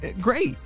great